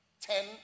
ten